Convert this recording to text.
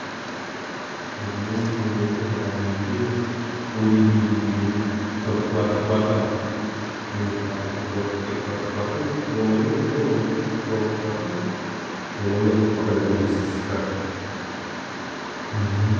Obujonjo bwebintu biiba byogere, olinda, olindira 'nka, otagugwatakwatamu kakuba omanyire guno omukuubi kukuba ogukwatamu, no'manyire mpaka ne'gusisikara.